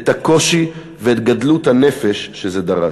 את הקושי ואת גדלות הנפש שזה דרש.